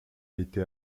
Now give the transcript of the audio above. été